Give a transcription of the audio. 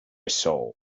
soul